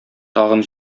тагын